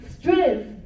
strength